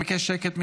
אני מבקש שקט,